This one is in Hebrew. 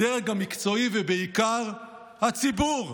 הדרג המקצועי ובעיקר הציבור.